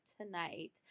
tonight